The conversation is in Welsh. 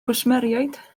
gwsmeriaid